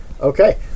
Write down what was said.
Okay